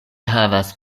havas